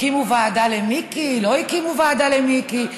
הקימו ועדה למיקי, לא הקימו ועדה למיקי,